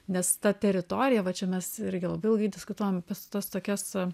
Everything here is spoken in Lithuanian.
nes ta teritorija va čia mes irgi labai ilgai diskutuojam pas tas tokias